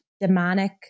demonic